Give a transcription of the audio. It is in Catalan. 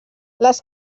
les